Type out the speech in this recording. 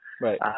Right